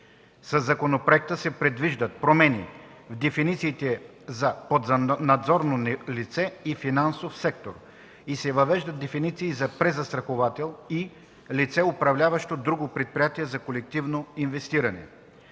Със законопроекта се предвиждат промени в дефинициите за „поднадзорно лице” и „финансов сектор” и се въвеждат дефиниции за „презастраховател” и „лице, управляващо друго предприятие за колективно инвестиране”.